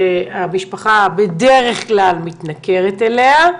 שהמשפחה בדרך כלל מתנכרת אליה,